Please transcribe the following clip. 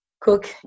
cook